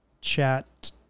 chat